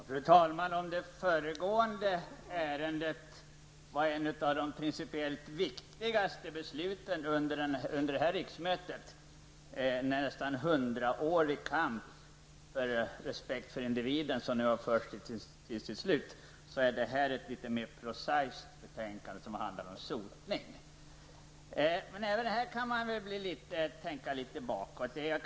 Fru talman! Om det föregående ärendet innebär att ett av de principiellt viktigaste besluten under det här riksmötet fattas efter nästan 100 års kamp för respekt för individen som nu har förts till sitt slut, är det här ett litet mera prosaiskt betänkande. Det handlar om sotning. Även här kan man tänka litet bakåt i tiden.